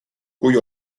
kui